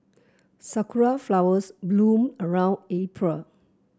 sakura flowers bloom around April